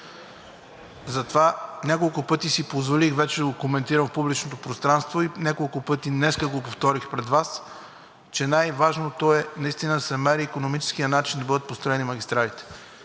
Затова вече няколко пъти си позволих да го коментирам в публичното пространство и няколко пъти днес го повторих пред Вас, че най-важното е да се намери икономическият начин да бъдат построени магистралите.